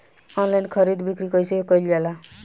Online खरीद बिक्री कइसे कइल जाला?